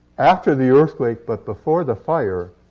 after the earthquake, but before the fire,